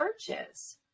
churches